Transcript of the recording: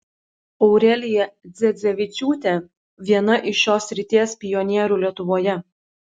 aurelija dzedzevičiūtė viena iš šios srities pionierių lietuvoje